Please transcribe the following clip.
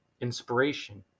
Inspiration